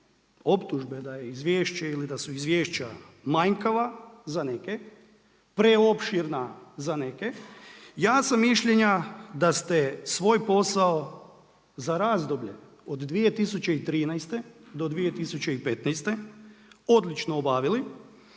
optužbe da je izvješće ili da su izvješća manjkava za neke, preopširna za neke. Ja sam mišljenja da ste svoj posao za razdoblje od 2013.-2015. odlično obavili.